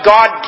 God